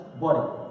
body